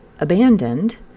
abandoned